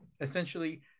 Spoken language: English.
essentially